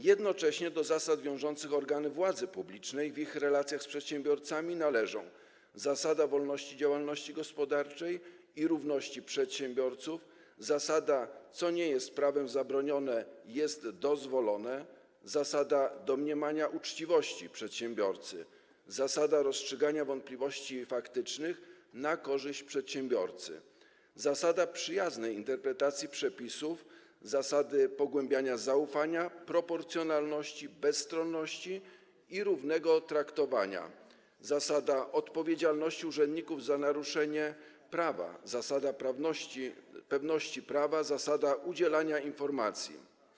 Jednocześnie do zasad wiążących organy władzy publicznej w ich relacjach z przedsiębiorcami należą: zasada wolności działalności gospodarczej i równości przedsiębiorców, zasada co nie jest prawem zabronione, jest dozwolone, zasada domniemania uczciwości przedsiębiorcy, zasada rozstrzygania wątpliwości faktycznych na korzyść przedsiębiorcy, zasada przyjaznej interpretacji przepisów, zasady pogłębiania zaufania, proporcjonalności, bezstronności i równego traktowania, zasada odpowiedzialności urzędników za naruszenie prawa, zasada pewności prawa, zasada udzielania informacji.